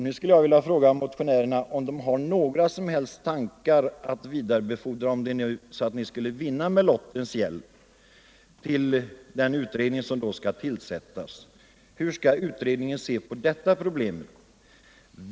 Nu skulle jag vilja fråga motionärerna om de har några som helst tankar att vidarebefordra — om nejpropositionen nu med lottens hjälp skulle vinna — till den utredning som då skall tillsättas beträffande hur utredningen skall se på detta problem.